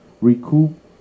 recoup